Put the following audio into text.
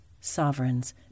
sovereigns